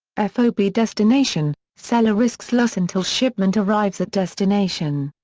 ah fob destination seller risks loss until shipment arrives at destination.